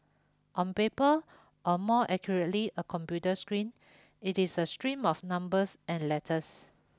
on paper or more accurately a computer screen it is a stream of numbers and letters